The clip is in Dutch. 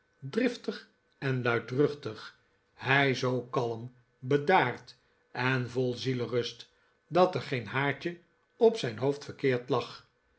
driftig en luidruchtig hij zoo kalm bedaard en vol zielerust dat er geen haartje op zijn hoofd verkeerd lag